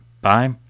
Bye